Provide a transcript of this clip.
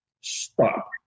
stop